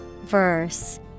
Verse